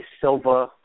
Silva